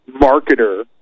marketer